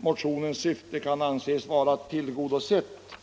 motionens syfte kan anses vara tillgodosett.